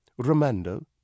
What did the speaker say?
Romando